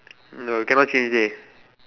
no cannot change already